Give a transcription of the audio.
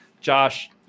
Josh